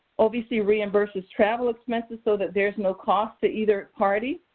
ovc reimburses travel expenses so that there's no cost to either party,